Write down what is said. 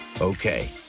Okay